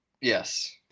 Yes